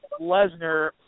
Lesnar